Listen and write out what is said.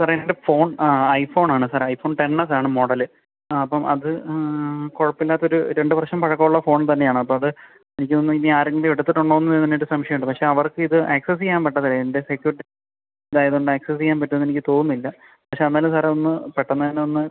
സാറേ എൻ്റെ ഫോൺ ആ ഐ ഫോണാണ് സാർ ഐ ഫോൺ ടെൻ എക്സാണ് മോഡല് ആ അപ്പം അത് കുഴപ്പമില്ലാത്തൊരു രണ്ട് വർഷം പഴക്കമുള്ള ഫോൺ തന്നെയാണപ്പം അത് എനിക്ക് തോന്നുന്നു ഇനി ആരെങ്കിലും എടുത്തിട്ടുണ്ടോന്ന് നന്നായിട്ട് സംശയമുണ്ട് പക്ഷേ അവർക്ക് ഇത് ആക്സസ് ചെയ്യാൻ പറ്റത്തില്ല എൻ്റെ സെക്യൂരിറ്റി ഇതായതോണ്ടാക്സസ് ചെയ്യാൻ പറ്റുമെന്ന് എനിക്ക് തോന്നുന്നില്ല പക്ഷേ എന്നാലും സാറേ ഒന്ന് പെട്ടന്ന് തന്നെ ഒന്ന്